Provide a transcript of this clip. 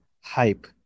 hype